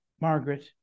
Margaret